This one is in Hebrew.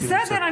בסדר,